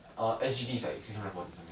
err S_G_D is like six hundred and forty something